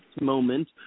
moment